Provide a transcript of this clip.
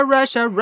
Russia